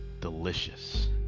Delicious